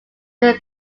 your